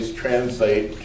translate